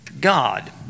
God